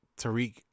Tariq